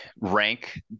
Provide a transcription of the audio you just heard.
rank